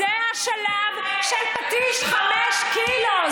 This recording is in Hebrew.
זה השלב של פטיש חמש קילו.